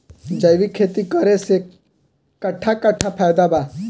जैविक खेती करे से कट्ठा कट्ठा फायदा बा?